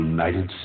United